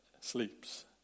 sleeps